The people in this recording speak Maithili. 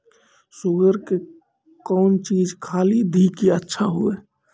शुगर के कौन चीज खाली दी कि अच्छा हुए?